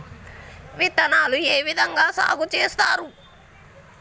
విత్తనాలు ఏ విధంగా సాగు చేస్తారు?